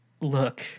Look